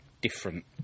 different